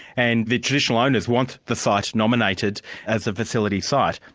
and the traditional owners want the site nominated as a facility site.